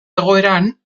egoeran